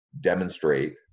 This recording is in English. demonstrate